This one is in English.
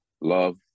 love